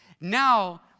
now